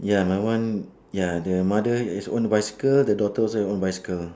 ya my one ya the mother has own bicycle the daughter also have own bicycle